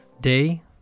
Day